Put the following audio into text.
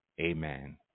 amen